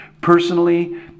Personally